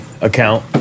account